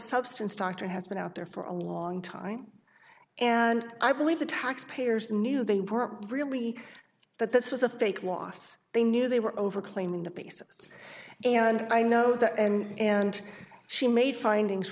substance dr has been out there for a long time and i believe the taxpayers knew they really that this was a fake loss they knew they were over claiming the basis and i know that and and she made findings